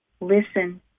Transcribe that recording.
listen